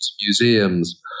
museums